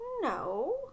no